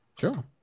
sure